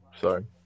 Sorry